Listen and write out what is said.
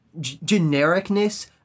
genericness